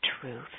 truth